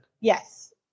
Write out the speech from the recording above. yes